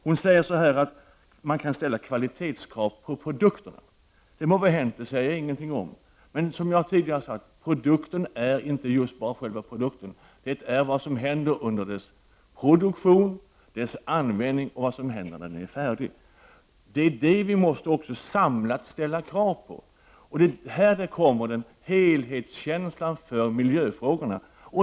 Iris Mårtensson säger att man kan ställa kvalitetskrav på produkterna. Det må vara hänt, det säger jag ingenting om. Men som jag tidigare har sagt: Produkten är inte bara själva produkten utan också vad som händer under dess produktion, dess användning och när det är färdigt. Vi måste ställa ett samlat krav. Här kommer helhetskänslan för miljöfrågorna in.